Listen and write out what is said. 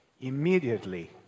Immediately